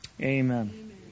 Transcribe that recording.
amen